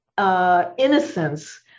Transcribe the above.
Innocence